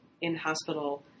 in-hospital